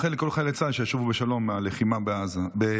נאחל לכל חיילי צה"ל שישובו בשלום מהלחימה בג'נין.